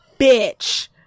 Bitch